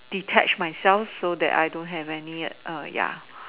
detach myself so that I don't have any other